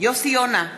יוסי יונה,